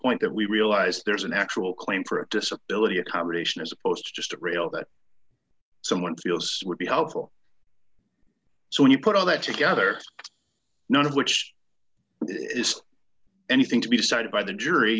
point that we realize there's an actual claim for a disability accommodation as opposed to just a rail that someone feels would be helpful so when you put all that together none of which is anything to be decided by the jury